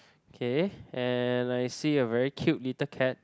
K and I see a very cute little cat